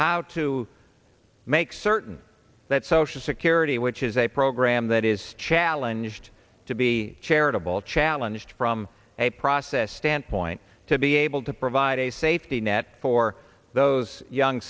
how to make certain that social security which is a program that is challenge to be charitable challenge from a process standpoint to be able to provide a safety net for those young